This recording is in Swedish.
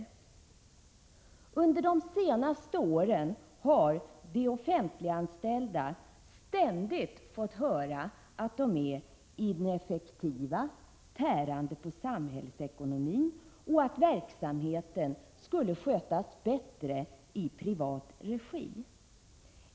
Under de senaste åren har de offentliganställda ständigt fått höra att de är ineffektiva, tärande på samhällsekonomin och att verksamheten skulle skötas bättre i privat regi.